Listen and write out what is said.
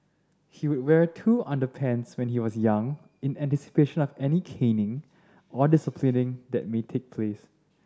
he would wear two underpants when he was young in anticipation of any caning or disciplining that may take place